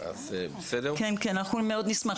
אנחנו מאוד נשמח.